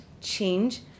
change